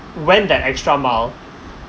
went that extra mile